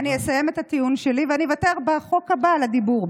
אני אסיים את הטיעון שלי ואני אוותר בחוק הבא על הדיבור,